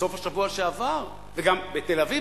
בסוף השבוע שעבר וגם בתל-אביב,